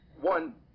one